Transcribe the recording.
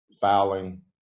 fouling